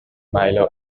milo